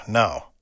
no